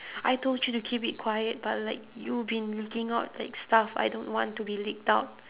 I told you to keep it quiet but like you been leaking out like stuff I don't want to be leaked out